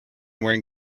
wearing